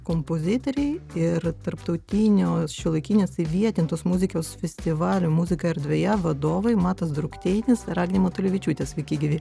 kompozitoriai ir tarptautinio šiuolaikinės įvietintos muzikos festivalio muzika erdvėje vadovai matas drukteinis ir agnė matulevičiūtė sveiki gyvi